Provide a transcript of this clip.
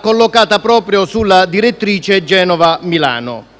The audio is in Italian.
collocata proprio sulla direttrice GenovaMilano.